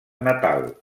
natal